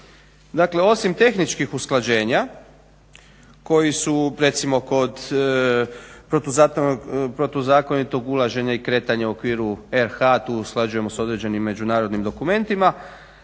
Dakle, osim tehničkih usklađenja koji su recimo kod protuzakonitog ulaženja i kretanja u okviru RH tu usklađujemo s određenim međunarodnim dokumentima